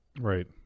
Right